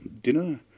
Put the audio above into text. dinner